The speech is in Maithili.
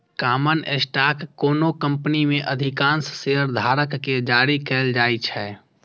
कॉमन स्टॉक कोनो कंपनी मे अधिकांश शेयरधारक कें जारी कैल जाइ छै